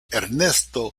ernesto